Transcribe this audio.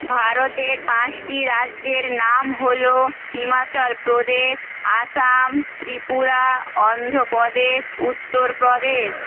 ভারতের পাঁচটি রাজ্যের নাম হলো হিমাচল প্রদেশ আসাম ত্রিপুরা অন্ধ্রপ্রদেশ উত্তর প্রদেশ